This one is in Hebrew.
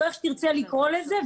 או איך שתרצה לקרוא לזה,